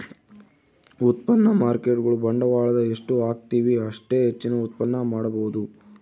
ಉತ್ಪನ್ನ ಮಾರ್ಕೇಟ್ಗುಳು ಬಂಡವಾಳದ ಎಷ್ಟು ಹಾಕ್ತಿವು ಅಷ್ಟೇ ಹೆಚ್ಚಿನ ಉತ್ಪನ್ನ ಮಾಡಬೊದು